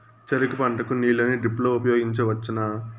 చెరుకు పంట కు నీళ్ళని డ్రిప్ లో ఉపయోగించువచ్చునా?